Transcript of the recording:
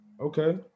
Okay